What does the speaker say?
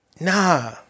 nah